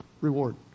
Reward